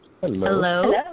Hello